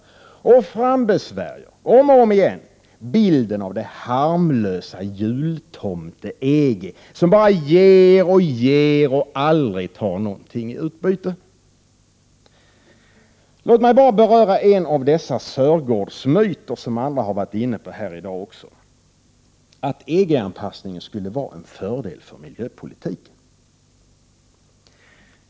Hon frambesvärjer om och om igen bilden av det harmlösa jultomte-EG som bara ger och ger och aldrig tar någonting i utbyte. Låt mig beröra bara en av dessa Sörgårdsmyter som också andra har varit inne på här i dag, detta att EG-anpassningen skulle vara en fördel för miljöpolitiken.